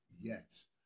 Yes